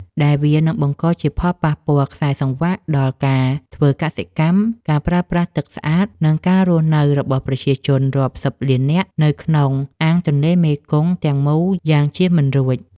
ដែលវានឹងបង្កជាផលប៉ះពាល់ខ្សែសង្វាក់ដល់ការធ្វើកសិកម្ម ការប្រើប្រាស់ទឹកស្អាត និងការរស់នៅរបស់ប្រជាជនរាប់សិបលាននាក់នៅក្នុងអាងទន្លេមេគង្គទាំងមូលយ៉ាងជៀសមិនរួច។